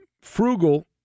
frugal